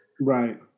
Right